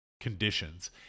conditions